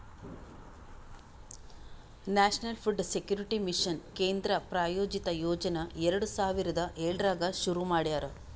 national food security mission ಕೇಂದ್ರ ಪ್ರಾಯೋಜಿತ ಯೋಜನಾ ಎರಡು ಸಾವಿರದ ಏಳರಾಗ್ ಶುರು ಮಾಡ್ಯಾರ